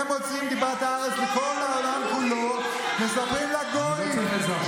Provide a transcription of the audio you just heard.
זה מה שעשו, זה מה שעשו, נגמר הזמן.